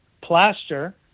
plaster